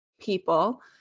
people